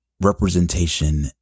representation